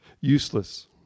Useless